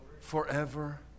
forever